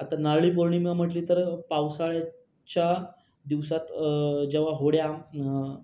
आता नारळी पौर्णिमा म्हटली तर पावसाळ्याच्या दिवसात जेव्हा होड्या